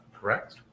correct